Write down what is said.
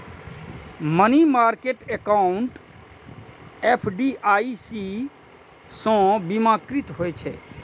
money market account FDIC सं बीमाकृत होइ छै